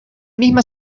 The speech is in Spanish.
misma